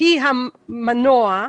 היא המנוע,